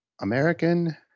american